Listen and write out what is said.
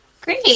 Great